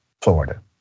Florida